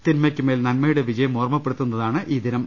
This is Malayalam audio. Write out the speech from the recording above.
തിന്മ യ്ക്കുമേൽ നന്മയുടെ വിജയം ഓർമ്മപ്പെടുത്തുന്നതാണ് ഈ ദിനം